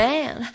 Man